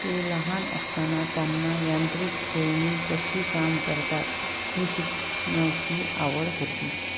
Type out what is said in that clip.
ते लहान असताना त्यांना यांत्रिक खेळणी कशी काम करतात हे शिकण्याची आवड होती